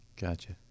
gotcha